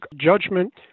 Judgment